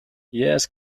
yes